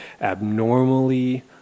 abnormally